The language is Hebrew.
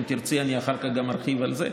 אם תרצי, אני אחר כך גם ארחיב על זה.